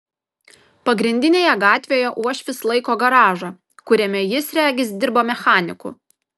pagrindinėje gatvėje uošvis laiko garažą kuriame jis regis dirba mechaniku